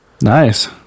Nice